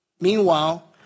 Meanwhile